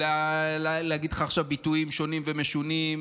ולהגיד לך עכשיו ביטויים שונים ומשונים,